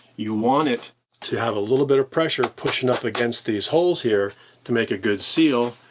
you want it to have a little bit of pressure pushing up against these holes here to make a good seal,